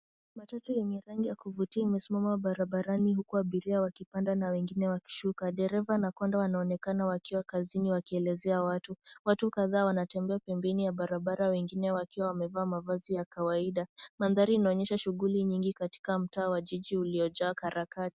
Matatu yenye rangi ya kuvutia imesimama barabarani huku abiria wakipanda na wengine wakishuka. Dereva na konda wanaonekana wakiwa kazini wakielezea watu. Watu kadhaa wanatembea pembeni ya barabara wengine wakiwa wamevaa mavazi ya kawaida. Mandhari inaonyesha shughuli nyingi katika mtaa wa jiji uliojaa karakani.